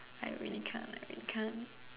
I really can't I really can't